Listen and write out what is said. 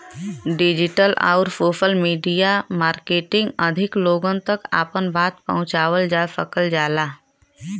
digital आउर social media marketing अधिक लोगन तक आपन बात पहुंचावल जा सकल जाला